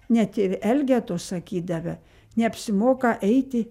net ir elgetos sakydavę neapsimoka eiti